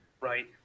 right